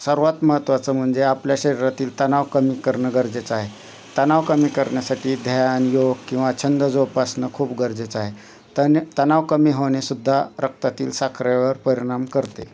सर्वात महत्त्वाचं म्हणजे आपल्या शरीरातील तणाव कमी करनं गरजेचं आहे तणाव कमी करन्यासाठी ध्यान योग किंवा छंद जोपासणं खूप गरजेचं आहे तने तणाव कमी होणेसुद्धा रक्तातील साखरेवर परिणाम करते